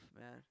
man